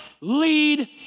lead